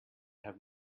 have